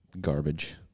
garbage